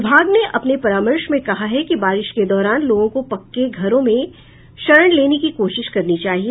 विभाग ने अपने परामर्श में कहा है कि बारिश के दौरान लोगों को पक्के घरों में शरण लेने की कोशिश करनी चाहिए